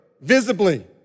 visibly